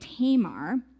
Tamar